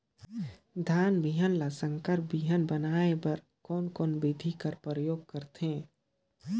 धान बिहान ल संकर बिहान बनाय बर कोन कोन बिधी कर प्रयोग करथे?